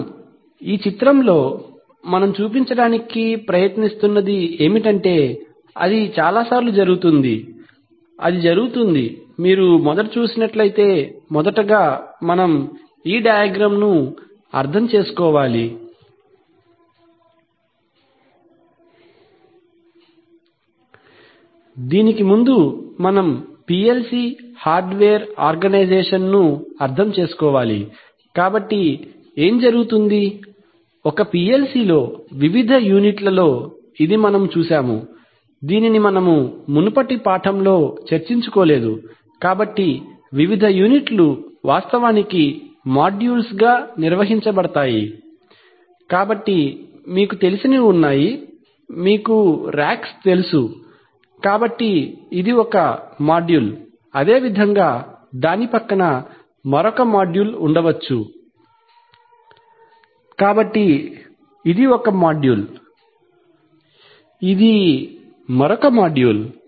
మనము ఈ చిత్రంలో మనం చూపించడానికి ప్రయత్నిస్తున్నది ఏమిటంటేఅది చాలాసార్లు జరుగుతుంది అది జరుగుతుంది మీరు మొదట చూసినట్లయితే మొదటగా మనం ఈ డయగ్రామ్ ను అర్థం చేసుకోవాలి దీనికి ముందు మనం పిఎల్సి హార్డ్వేర్ ఆర్గనైజషన్ అర్థం చేసుకోవాలి కాబట్టి ఏమి జరుగుతుంది ఒక పిఎల్సిలో వివిధ యూనిట్లలో ఇది మనము చూసాము దీనిని మనము మునుపటి పాఠంలో చర్చించుకోలేదు కాబట్టి వివిధ యూనిట్లు వాస్తవానికి మాడ్యూల్స్గా నిర్వహించబడతాయి కాబట్టి మీకు తెలిసినవి ఉన్నాయి మీకు రాక్స్ తెలుసు కాబట్టి ఇది ఒక మాడ్యూల్ అదేవిధంగా దాని పక్కన మరొక మాడ్యూల్ ఉండవచ్చు కాబట్టి ఇది ఒక మాడ్యూల్ ఇది మరొక మాడ్యూల్